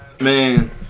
Man